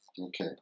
Okay